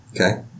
Okay